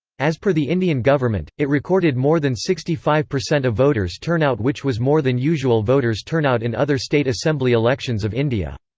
as per the indian government, it recorded more than sixty five percent of voters turnout which was more than usual voters turnout in other state assembly elections of india.